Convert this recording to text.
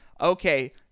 Okay